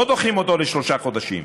לא דוחים אותו בשלושה חודשים.